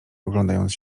oglądając